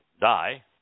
die